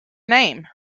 name